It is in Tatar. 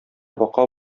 бака